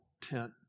tent